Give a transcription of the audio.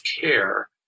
care